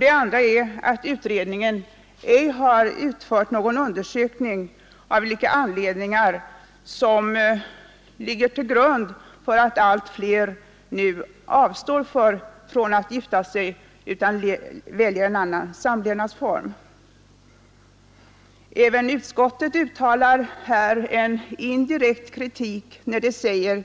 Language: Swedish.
Det andra är att utredningen ej utfört någon undersökning om vilka anledningar som ligger till grund för att allt fler nu avstår från att gifta sig utan väljer en annan samlevnadsform. Även utskottet uttalar en indirekt kritik när det säger